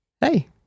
Hey